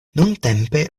nuntempe